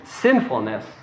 sinfulness